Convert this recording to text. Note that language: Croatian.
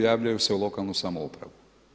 Javljaju se u lokalnu samoupravu.